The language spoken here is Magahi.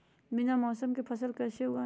बिना मौसम के फसल कैसे उगाएं?